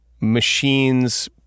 machines